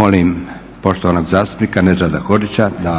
Molim poštovanog zastupnika Nedžada Hodžića da